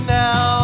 now